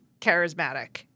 charismatic